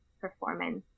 performance